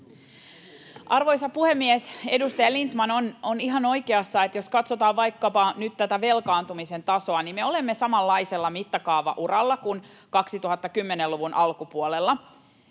Arvoisa puhemies! Edustaja Lindtman on ihan oikeassa. Jos katsotaan vaikkapa nyt tätä velkaantumisen tasoa, niin me olemme samanlaisella mittakaavauralla kuin 2010-luvun alkupuolella.